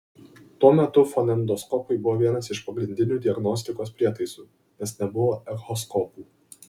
tuo metu fonendoskopai buvo vienas iš pagrindinių diagnostikos prietaisų nes nebuvo echoskopų